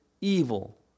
evil